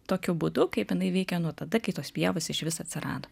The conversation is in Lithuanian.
tokiu būdu kaip jinai veikia nuo tada kai tos pievos išvis atsirado